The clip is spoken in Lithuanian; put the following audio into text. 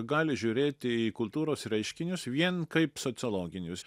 gali žiūrėti į kultūros reiškinius vien kaip sociologinius